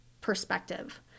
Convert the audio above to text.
perspective